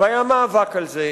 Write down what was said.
והיה מאבק על זה,